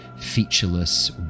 featureless